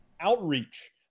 outreach